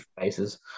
faces